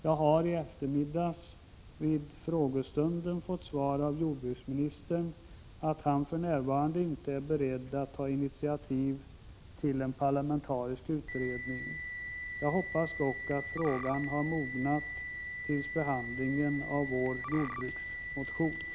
Jag fick vid eftermiddagens frågestund svaret av jordbruksministern att han för närvarande inte är beredd att ta initiativ till en parlamentarisk utredning. Jag hoppas dock att frågan har mognat vid behandlingen av vår jordbruksmotion.